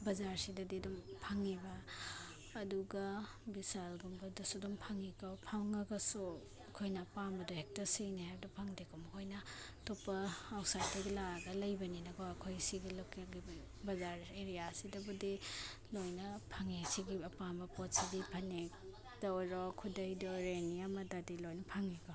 ꯕꯖꯥꯔꯁꯤꯗꯗꯤ ꯑꯗꯨꯝ ꯐꯪꯉꯤꯕ ꯑꯗꯨꯒ ꯕꯤꯁꯥꯜꯒꯨꯝꯕꯗꯁꯨ ꯑꯗꯨꯝ ꯐꯪꯏꯀꯣ ꯐꯪꯉꯒꯁꯨ ꯑꯩꯈꯣꯏꯅ ꯑꯄꯥꯝꯕꯗꯨ ꯍꯦꯛꯇ ꯁꯤꯅꯤ ꯍꯥꯏꯕꯗꯨ ꯐꯪꯗꯦꯀꯣ ꯃꯈꯣꯏꯅ ꯑꯇꯣꯞꯄ ꯑꯥꯎꯠꯁꯥꯏꯠꯇꯒꯤ ꯂꯥꯛꯑꯒ ꯂꯩꯕꯅꯤꯅꯀꯣ ꯑꯩꯈꯣꯏ ꯁꯤꯒꯤ ꯂꯣꯀꯦꯜꯒꯤ ꯕꯖꯥꯔ ꯑꯦꯔꯤꯌꯥꯁꯤꯗꯕꯨꯗꯤ ꯂꯣꯏꯅ ꯐꯪꯉꯦ ꯁꯤꯒꯤ ꯑꯄꯥꯝꯕ ꯄꯣꯠꯁꯤꯗꯤ ꯐꯅꯦꯛꯇ ꯑꯣꯏꯔꯣ ꯈꯨꯗꯩꯗ ꯑꯣꯏꯔꯣ ꯑꯦꯅꯤ ꯑꯃꯗꯗꯤ ꯂꯣꯏꯅ ꯐꯪꯉꯤꯀꯣ